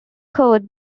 court